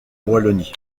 wallonie